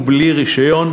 ובלי רישיון,